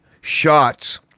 shots